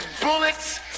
bullets